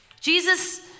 Jesus